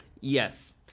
Yes